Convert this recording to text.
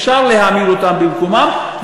אפשר להעמיד אותם במקומם,